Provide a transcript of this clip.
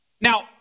Now